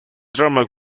drama